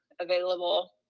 available